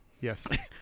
Yes